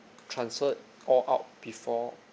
transferred all out before